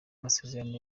masezerano